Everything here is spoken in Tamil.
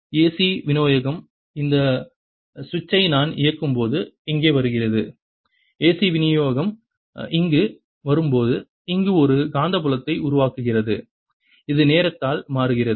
AC விநியோகம் இந்த சுவிட்சை நான் இயக்கும்போது இங்கே வருகிறது AC விநியோகம் இங்கு வரும்போது இது ஒரு காந்தப்புலத்தை உருவாக்குகிறது இது நேரத்தால் மாறுகிறது